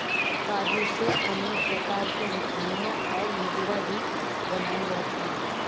काजू से अनेक प्रकार की मिठाईयाँ और मदिरा भी बनाई जाती है